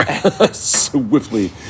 swiftly